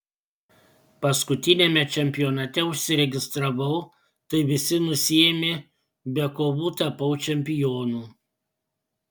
paskutiniame čempionate užsiregistravau tai visi nusiėmė be kovų tapau čempionu